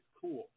cool